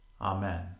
Amen